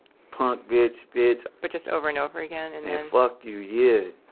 punk bitch, bitch. but just over and over again and then. fuck you, yeah.